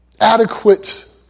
adequate